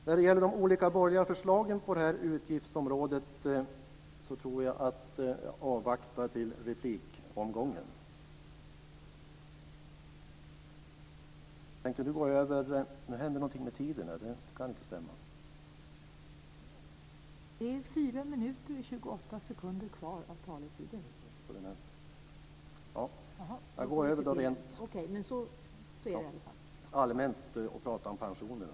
När det gäller de olika borgerliga förslagen på det här utgiftsområdet tror jag att jag avvaktar till replikomgången. Nu tänker jag gå över och prata allmänt om pensionerna.